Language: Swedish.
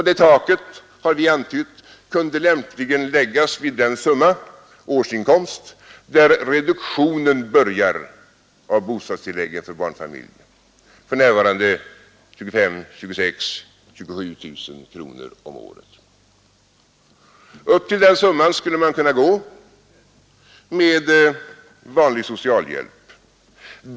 Det taket, har vi antytt, kunde reduktionen av bostadstil mpligen läggas vid den årsinkomst, där gen för barnfamilj börjar för närvarande, vid 25 000-27 000 kronor om året. Upp till den inkomsten skulle man kunna lämna vanlig socialhjälp.